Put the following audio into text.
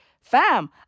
fam